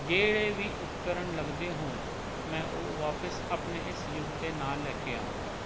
ਜਿਹੜੇ ਵੀ ਉਪਕਰਣ ਲੱਗਦੇ ਹੋਣ ਮੈਂ ਉਹ ਵਾਪਿਸ ਆਪਣੇ ਇਸ ਯੁੱਗ ਦੇ ਨਾਲ ਲੈ ਕੇ ਆਵਾਂਗਾ